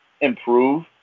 improve